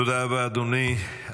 תודה רבה, אדוני.